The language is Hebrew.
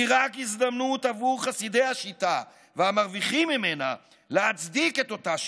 היא רק הזדמנות עבור חסידי השיטה והמרוויחים ממנה להצדיק את אותה שיטה,